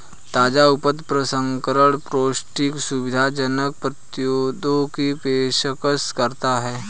ताजा उपज प्रसंस्करण पौष्टिक, सुविधाजनक उत्पादों की पेशकश करता है